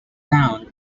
town